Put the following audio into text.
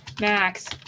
Max